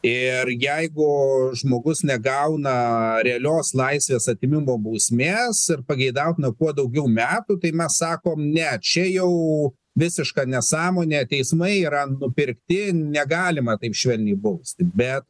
ir jeigu žmogus negauna realios laisvės atėmimo bausmės ir pageidautina kuo daugiau metų tai mes sakom ne čia jau visiška nesąmonė teismai yra nupirkti negalima taip švelniai bausti bet